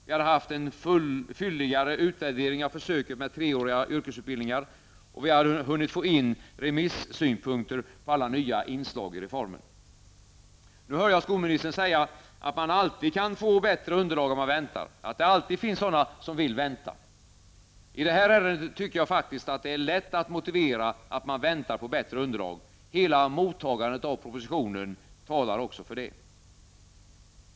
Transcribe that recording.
Vi hade haft en fylligare utvärdering av försöket med treåriga yrkesutbildningar och vi hade hunnit få in remissynpunkter på alla nya inslag i reformen. Nu hör jag skolministern säga att man alltid kan få bättre underlag om man väntar, att det alltid finns sådana som vill vänta. I det här ärendet tycker jag faktistk att det är lätt att motivera att man bör vänta på bättre underlag. Hela mottagandet av propositionen talar också för det.